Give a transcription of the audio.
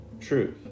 truth